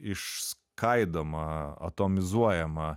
išskaidoma atomizuojama